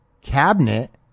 cabinet